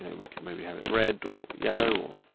and we can maybe have it red or yellow